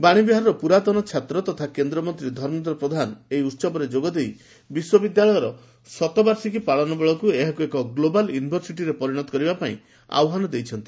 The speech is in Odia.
ବାଶୀବିହାରର ପୁରାତନ ଛାତ୍ର ତଥା କେନ୍ଦ୍ରମନ୍ତୀ ଧର୍ମେନ୍ଦ୍ର ପ୍ରଧାନ ଏହି ଉହବରେ ଯୋଗଦେଇ ବିଶ୍ୱବିଦ୍ୟାଳୟର ଶତବାର୍ଷିକୀ ପାଳନ ବେଳକୁ ଏହାକୁ ଏକ ଗ୍ଲୋବାଲ୍ ୟୁନିଭର୍ସିଟିରେ ପରିଣତ କରିବା ପାଇଁ ଆହ୍ବାନ ଦେଇଛନ୍ତି